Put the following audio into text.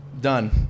done